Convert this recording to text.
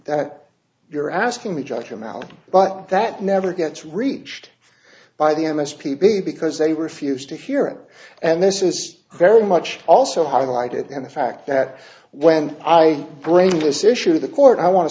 that you're asking me judge him out but that never gets reached by the m s p p because they refused to hear it and this is very much also highlighted in the fact that when i bring this issue to the court i want to